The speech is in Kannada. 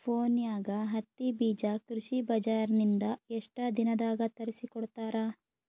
ಫೋನ್ಯಾಗ ಹತ್ತಿ ಬೀಜಾ ಕೃಷಿ ಬಜಾರ ನಿಂದ ಎಷ್ಟ ದಿನದಾಗ ತರಸಿಕೋಡತಾರ?